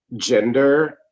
gender